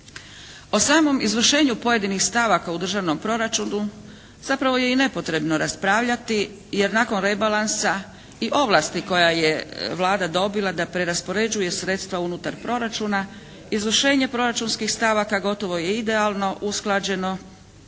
O samom izvršenju pojedinih stavaka u državnom proračunu zapravo je i nepotrebno raspravljati jer nakon rebalansa i ovlasti koja je Vlada dobila da preraspoređuje sredstva unutar proračuna, izvršenje proračunskih stavaka gotovo je idealno usklađeno